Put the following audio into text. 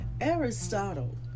Aristotle